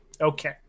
Okay